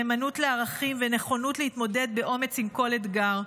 נאמנות לערכים ונכונות להתמודד באומץ עם כל אתגר.